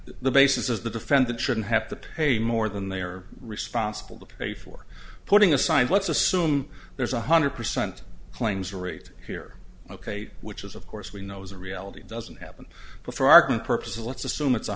the basis is the defendant shouldn't have to pay more than they are responsible to pay for putting aside let's assume there's one hundred percent claims rate here ok which is of course we know as a reality doesn't happen but for argument purposes let's assume it's